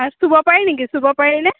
চুব পাৰি নেকি চুব পাৰি নে